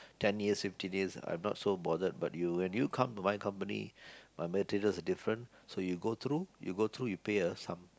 ten years fifteen years I'm not so bothered but you when you come to my company my materials are different so you go through you go through you pay a sum